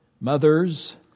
mothers